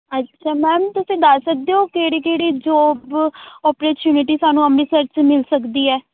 ਅੱਛਾ ਮੈਮ ਤੁਸੀਂ ਦੱਸ ਸਕਦੇ ਹੋ ਕਿਹੜੀ ਕਿਹੜੀ ਜੋਬ ਓਪੋਰਚਿਊਨਿਟੀ ਸਾਨੂੰ ਅੰਮ੍ਰਿਤਸਰ 'ਚ ਮਿਲ ਸਕਦੀ ਹੈ